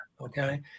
okay